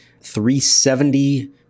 370